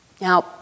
Now